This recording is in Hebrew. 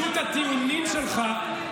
רדידות הטיעונים שלך,